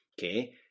okay